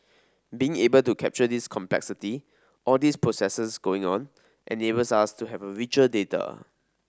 being able to capture this complexity all these processes going on enables us to have richer data